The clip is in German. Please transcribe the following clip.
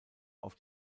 auf